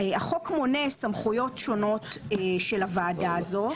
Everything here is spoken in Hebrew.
החוק מונה סמכויות שונות של הוועדה הזו,